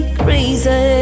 crazy